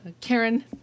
Karen